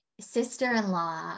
sister-in-law